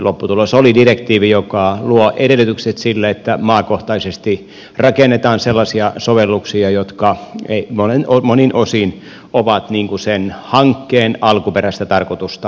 lopputulos oli direktiivi joka luo edellytykset sille että maakohtaisesti rakennetaan sellaisia sovelluksia jotka monin osin ovat sen hankkeen alkuperäistä tarkoitusta vastaan